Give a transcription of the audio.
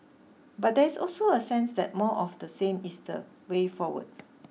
but there is also a sense that more of the same is the way forward